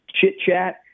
chit-chat